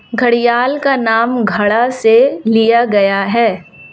घड़ियाल का नाम घड़ा से लिया गया है